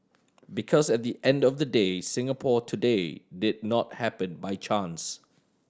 because at the end of the day Singapore today did not happen by chance